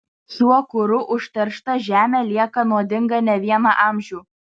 šiuo kuru užteršta žemė lieka nuodinga ne vieną amžių